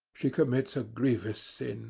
she commits a grievous sin